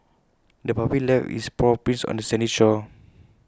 the puppy left its paw prints on the sandy shore